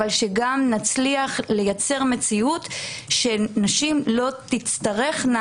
אבל שגם נצליח לייצר מציאות שנשים לא תצטרכנה